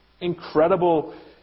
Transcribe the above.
incredible